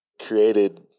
created